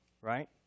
Right